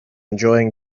enjoying